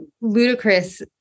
ludicrous